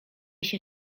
się